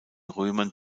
römern